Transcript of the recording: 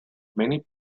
many